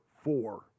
four